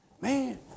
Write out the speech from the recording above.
Man